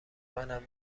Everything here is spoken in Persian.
منم